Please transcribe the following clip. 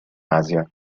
asia